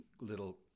little